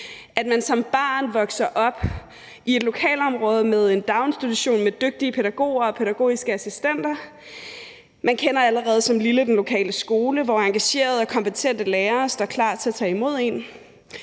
man som barn vokser op i et lokalområde med en daginstitution med dygtige pædagoger og pædagogiske assistenter og allerede som lille kender den lokale skole, hvor engagerede og kompetente lærere står klar til at tage imod en.